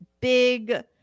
big